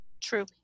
True